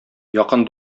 якын